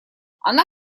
она